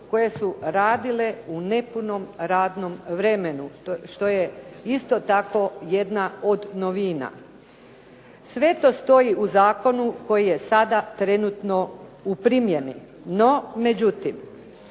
koje su radile u nepunom radnom vremenu što je isto tako jedna od novina. Sve to stoji u zakoni koji je sada trenutno u primjeni, no međutim